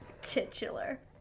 Titular